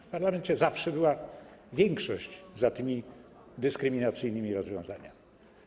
W Parlamencie zawsze większość była za tymi dyskryminacyjnymi rozwiązaniami.